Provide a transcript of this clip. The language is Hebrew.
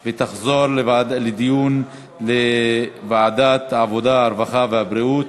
2014, לוועדת העבודה, הרווחה והבריאות